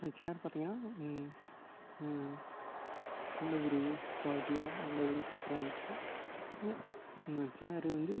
அந்த சேர் பார்த்திங்கன்னா நல்ல ஒரு க்வாலிட்டியாக நல்ல ஒரு சூப்பராக இருந்துச்சு ந நான் சேரு வந்து